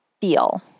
feel